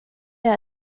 jag